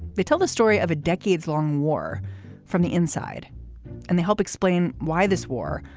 they tell the story of a decades long war from the inside and they help explain why this war,